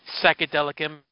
psychedelic